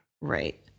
Right